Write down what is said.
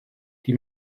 die